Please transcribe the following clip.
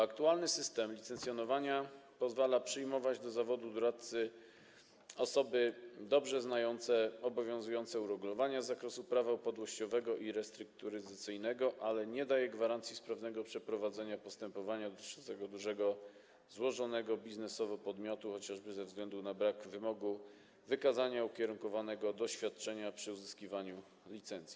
Aktualny system licencjonowania pozwala przyjmować do zawodu doradcy osoby dobrze znające obowiązujące uregulowania z zakresu prawa upadłościowego i restrukturyzacyjnego, ale nie daje gwarancji sprawnego przeprowadzania postępowania dotyczącego dużego złożonego biznesowo podmiotu, chociażby ze względu na brak wymogu wykazania ukierunkowanego doświadczenia przy uzyskiwaniu licencji.